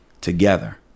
together